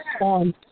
on